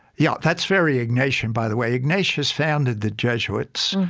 yeah. that's very ignatian, by the way. ignatius founded the jesuits,